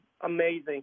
amazing